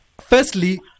firstly